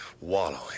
wallowing